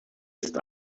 ist